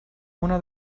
una